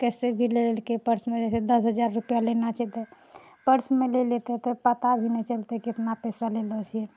कैसे भी लेके पर्समे जइसे दश हजार रुपआ लेना छै तऽ पर्समे ले लेतै तऽ पता भी नहि चलतै कितना पैसा लेलो छियै